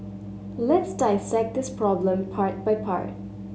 let's dissect this problem part by part